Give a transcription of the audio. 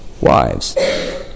Wives